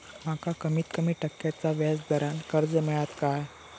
माका कमीत कमी टक्क्याच्या व्याज दरान कर्ज मेलात काय?